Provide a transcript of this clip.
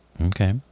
Okay